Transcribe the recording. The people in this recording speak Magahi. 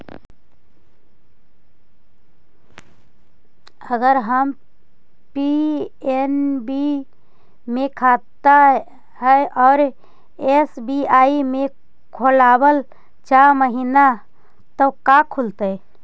अगर हमर पी.एन.बी मे खाता है और एस.बी.आई में खोलाबल चाह महिना त का खुलतै?